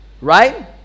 Right